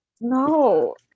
No